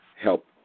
help